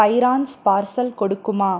பைரான்ஸ் parcel கொடுக்குமா